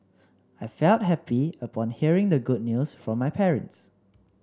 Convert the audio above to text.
I felt happy upon hearing the good news from my parents